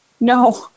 no